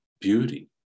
beauty